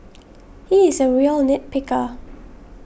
he is a real nit picker